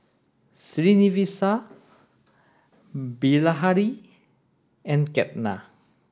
Srinivasa Bilahari and Ketna